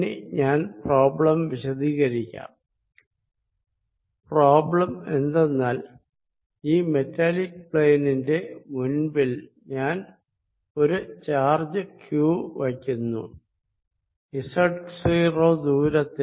ഇനി ഞാൻ പ്രോബ്ലം വിശദീകരിക്കാം പ്രോബ്ലം എന്തെന്നാൽ ഈ മെറ്റാലിക് പ്ളേനിന്റെ മുൻപിൽ ഞാൻ ഒരു ചാർജ് q വയ്ക്കുന്നു Z0 ദൂരത്തിൽ